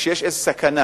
שיש איזו סכנה,